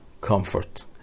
Comfort